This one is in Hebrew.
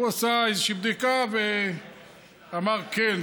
הוא עשה איזושהי בדיקה ואמר: כן,